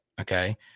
Okay